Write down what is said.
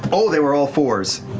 oh, they were all fours!